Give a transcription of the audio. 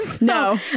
No